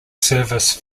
service